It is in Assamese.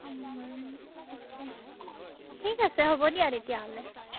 তাকে ঠিক আছে হ'ব দিয়া তেতিয়াহ'লে